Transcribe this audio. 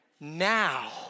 now